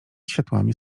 światłami